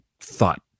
thought